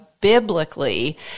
biblically